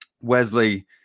Wesley